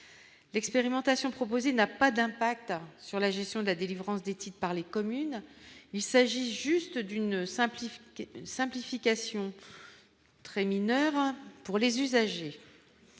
l'expérimentation proposée n'a pas d'impact sur la gestion de la délivrance d'éthique par les communes, il s'agit juste d'une simple simplification très mineure pour les usagers